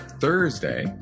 Thursday